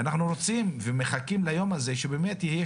ואנחנו רוצים ומחכים ליום הזה שבאמת יהיה